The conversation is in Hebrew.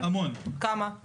הוא רוצה להיות רב